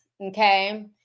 okay